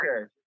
Okay